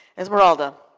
esmeralda,